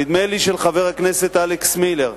נדמה לי שהוא של חבר הכנסת אלכס מילר,